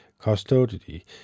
custody